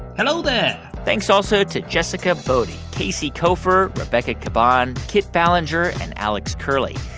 hello there thanks also to jessica boddy, casey koeffer, rebecca caban, kit ballenger and alex curley.